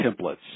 templates